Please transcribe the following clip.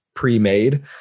pre-made